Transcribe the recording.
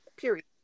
Period